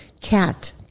Cat